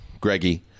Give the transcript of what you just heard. Greggy